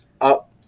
up